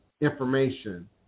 information